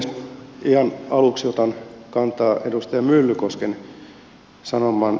ihan aluksi otan kantaa edustaja myllykosken sanomaan